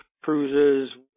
cruises